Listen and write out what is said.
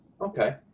okay